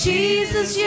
Jesus